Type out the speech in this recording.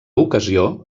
ocasió